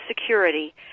security